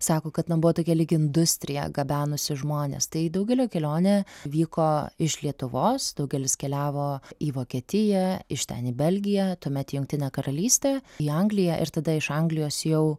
sako kad na buvo tokia lyg industrija gabenusi žmones tai daugelio kelionė vyko iš lietuvos daugelis keliavo į vokietiją iš ten į belgiją tuomet į jungtinę karalystę į angliją ir tada iš anglijos jau